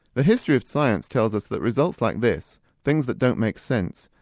the history of science tells us that results like this, things that don't make sense,